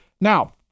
now